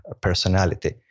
personality